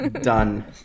Done